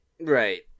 Right